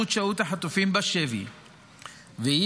לנוכח הימשכות שהות החטופים בשבי ואי-יכולתם